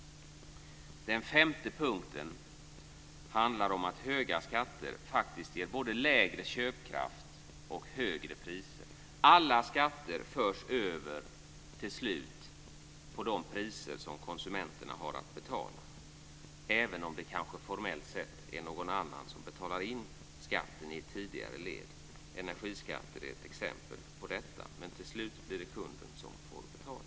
Den femte punkten handlar om att höga skatter ger både lägre köpkraft och högre priser. Alla skatter förs till slut över på de priser som konsumenterna har att betala även om det kanske formellt sett är någon annan som betalar in skatten i ett tidigare led. Energiskatter är ett exempel på detta. Till slut blir det kunden som får betala.